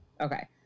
Okay